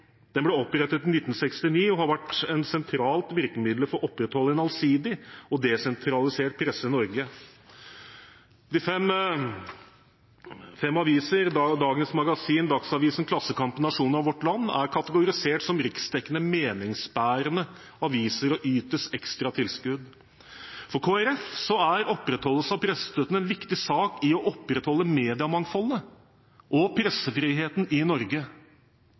Den ble opprettet i 1969 og har vært et sentralt virkemiddel for å opprettholde en allsidig og desentralisert presse i Norge. De fem avisene DagenMagazinet, Dagsavisen, Klassekampen, Nationen og Vårt Land er kategorisert som riksdekkende, meningsbærende aviser og ytes ekstra tilskudd. For Kristelig Folkeparti er opprettholdelse av pressestøtten en viktig sak i det å opprettholde mediemangfoldet og pressefriheten i Norge.